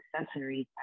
accessories